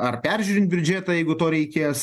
ar peržiūrint biudžetą jeigu to reikės